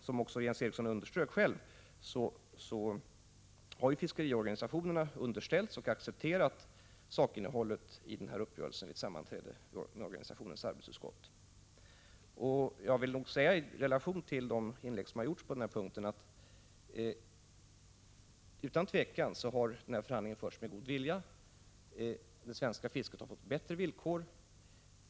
Som Jens Eriksson underströk har fiskeriorganisationerna underställts och accepterat sakinnehållet i den här uppgörelsen vid ett sammanträde med organisationens arbetsutskott. I relation till vad som har sagts i de tidigare inläggen på denna punkt kan jag säga att den här förhandlingen utan tvivel har förts med god vilja. Det svenska fisket har fått bättre villkor.